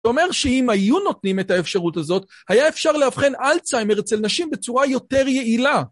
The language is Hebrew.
זאת אומרת שאם היו נותנים את האפשרות הזאת, היה אפשר לאבחן אלצהיימר אצל נשים בצורה יותר יעילה.